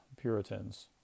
Puritans